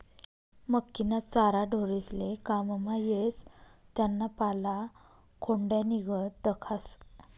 मक्कीना चारा ढोरेस्ले काममा येस त्याना पाला खोंड्यानीगत दखास